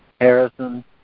Harrison